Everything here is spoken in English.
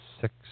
six